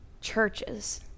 churches